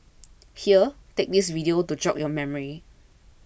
here take this video to jog your memory